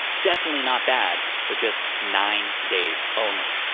definitely not bad for just nine days only.